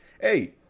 hey